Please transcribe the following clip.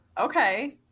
okay